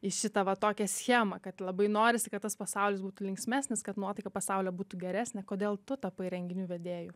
į šitą va tokią schemą kad labai norisi kad tas pasaulis būtų linksmesnis kad nuotaika pasaulio būtų geresnė kodėl tu tapai renginių vedėju